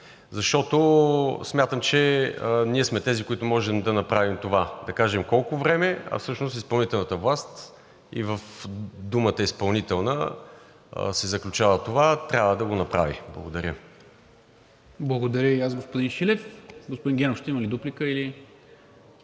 месеца. Смятам, че ние сме тези, които можем да направим това – да кажем колко време, а всъщност изпълнителната власт, и в думата „изпълнителна“ се заключава това, трябва да го направи. Благодаря. ПРЕДСЕДАТЕЛ НИКОЛА МИНЧЕВ: Благодаря и аз, господин Шилев. Господин Генов ще има ли дуплика? Няма.